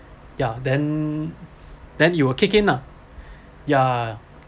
ya then then it will kick in lah ya